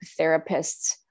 therapists